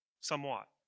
somewhat